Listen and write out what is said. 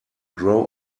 grow